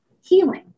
healing